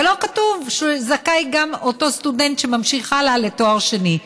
אבל לא כתוב שזכאי גם אותו סטודנט שממשיך הלאה לתואר שני.